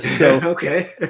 okay